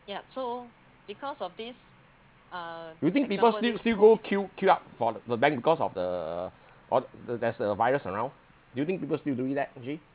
you think people still still go queue queue up for the bank because of the of the there's a virus around do you think people still doing that actually